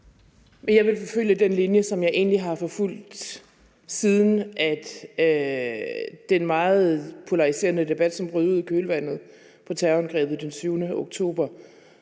Jeg vil forfølge den linje, som jeg egentlig har forfulgt, siden den meget polariserende debat brød ud i kølvandet på terrorangrebet den 7. oktober